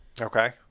Okay